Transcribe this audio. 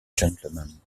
gentleman